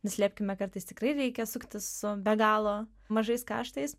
neslėpkime kartais tikrai reikia suktis su be galo mažais kaštais